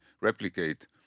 replicate